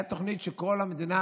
הייתה תוכנית, וכל המדינה